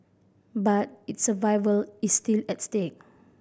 but its survival is still at stake